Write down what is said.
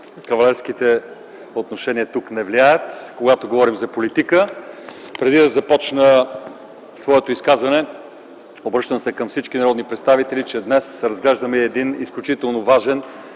кавалерските отношения не влияят, когато говорим за политика. Преди да започна своето изказване се обръщам към всички народни представители, че днес разглеждаме един изключително важен